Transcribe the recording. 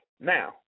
now